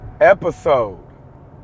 episode